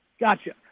Gotcha